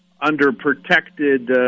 under-protected